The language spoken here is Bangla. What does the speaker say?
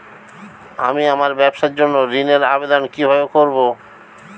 আমি আমার ব্যবসার জন্য ঋণ এর আবেদন কিভাবে করব?